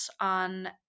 on